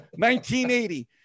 1980